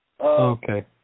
Okay